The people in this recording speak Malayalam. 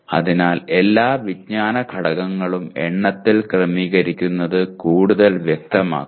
അതിനാൽ എല്ലാ വിജ്ഞാന ഘടകങ്ങളും എണ്ണത്തിൽ ക്രമീകരിക്കുന്നത് കൂടുതൽ വ്യക്തമാക്കും